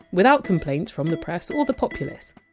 without complaints from the press or the populace.